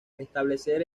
establecer